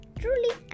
truly